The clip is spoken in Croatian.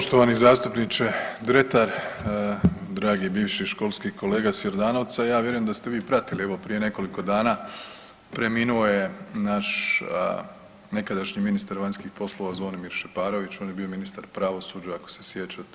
Poštovani zastupniče Dretar, dragi bivši školski kolega s Jordanovca ja vjerujem da ste vi pratili evo prije nekoliko dana preminuo je naš nekadašnji ministar vanjskih poslova Zvonimir Šeparović, on je bio ministar pravosuđa ako se sjećate.